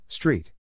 Street